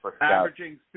Averaging